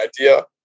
idea